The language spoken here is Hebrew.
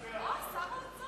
ההצעה להעביר את הנושא